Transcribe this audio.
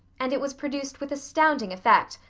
and it was produced with astounding effect,